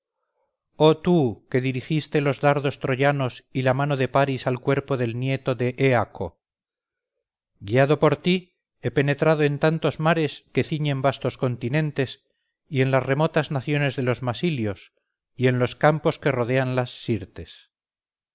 oh tú que dirigiste los dardos troyanos y la mano de paris al cuerpo del nieto de éaco guiado por ti he penetrado en tantos mares que ciñen vastos continentes y en las remotas naciones de los masilios y en los campos que rodean las sirtes